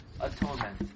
atonement